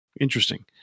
Interesting